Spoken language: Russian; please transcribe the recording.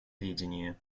видение